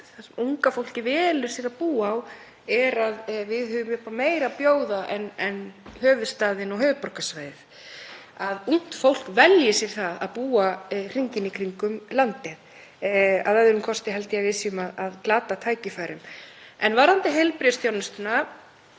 land sem unga fólkið velur sér að búa á, er að við höfum upp á meira að bjóða en höfuðstaðinn og höfuðborgarsvæðið, að ungt fólk velji sér að búa hringinn í kringum landið. Að öðrum kosti held ég að við séum að glata tækifærum. En varðandi heilbrigðisþjónustuna